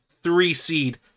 three-seed